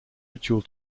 ritual